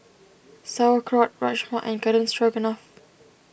Sauerkraut Rajma and Garden Stroganoff